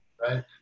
Right